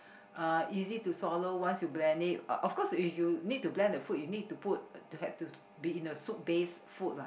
uh easy to swallow once you blend it of course if you need to blend the food you need to put to have to be in a soup based food lah